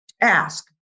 ask